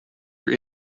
your